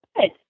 Good